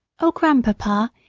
oh, grandpapa,